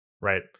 right